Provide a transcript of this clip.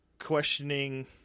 questioning